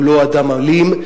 הוא לא אדם אלים,